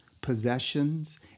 possessions